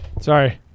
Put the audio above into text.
Sorry